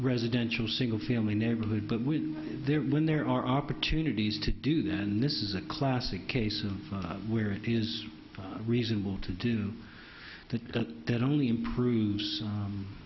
residential single family neighborhood but when they're when there are opportunities to do that and this is a classic case of where it is reasonable to do that it only improves